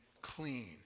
clean